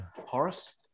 Horace